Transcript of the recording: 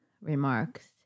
remarks